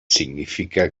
significa